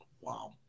Wow